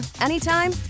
anytime